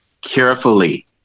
carefully